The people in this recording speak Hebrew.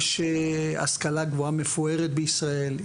יש השכלה גבוהה מפוארת בישראל,